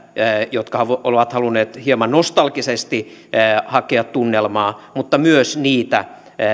jotka ovat halunneet hieman nostalgisesti hakea tunnelmaa mutta myös niitä